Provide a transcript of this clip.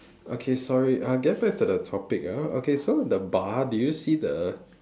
okay sorry I get back to the topic uh okay so the bar did you see the